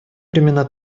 времена